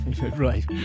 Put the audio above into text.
Right